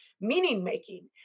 meaning-making